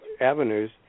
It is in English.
avenues